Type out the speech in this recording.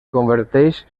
converteix